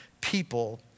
people